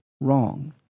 wrong